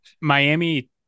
Miami